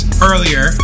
earlier